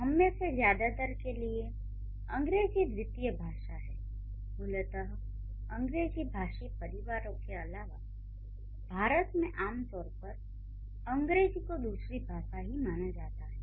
हममें से ज्यादातर के लिए अंग्रेजी द्वितीय भाषा है मूलत अंग्रेजी भाषी परिवारों के अलावा भारत में आम तौर पर अंग्रेजी को दूसरी भाषा ही माना जाता है